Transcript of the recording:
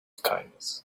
kindness